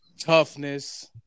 toughness